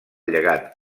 llegat